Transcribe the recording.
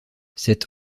cet